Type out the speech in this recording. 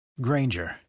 Granger